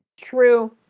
true